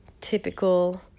typical